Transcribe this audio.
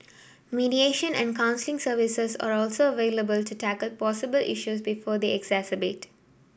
mediation and counselling services are also available to tackle possible issues before they exacerbate